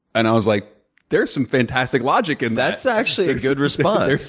and i was like there is some fantastic logic. and that's, actually, a good response.